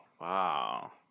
Wow